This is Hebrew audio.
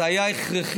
זה היה הכרחי.